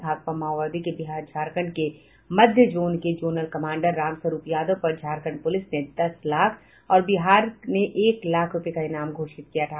भाकपा माओवादी के बिहार झारखंड के मध्य जोन के जोनल कमांडर रामस्वरूप यादव पर झारखंड पुलिस ने दस लाख और बिहार पुलिस ने एक लाख रूपये का इनाम घोषित किया था